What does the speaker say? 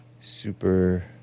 Super